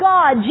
God